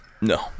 No